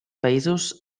països